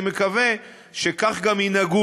אני מקווה שכך גם ינהגו.